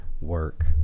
Work